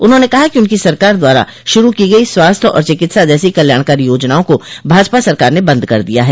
उन्होंने कहा कि उनकी सरकार द्वारा शुरू की गई स्वास्थ्य और चिकित्सा जैसी कल्याणकारी योजनाओं को भाजपा सरकार ने बंद कर दिया है